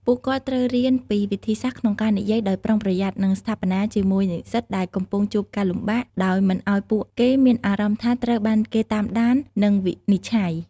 ពួកគាត់ត្រូវរៀនពីវិធីសាស្ត្រក្នុងការនិយាយដោយប្រុងប្រយ័ត្ននិងស្ថាបនាជាមួយនិស្សិតដែលកំពុងជួបការលំបាកដោយមិនធ្វើឱ្យពួកគេមានអារម្មណ៍ថាត្រូវបានគេតាមដាន និងវិនិច្ឆ័យ។